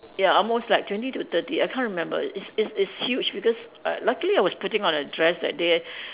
ya almost like twenty to thirty I can't remember it's it's it's huge because uh luckily I was putting on a dress that day